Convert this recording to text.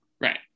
Right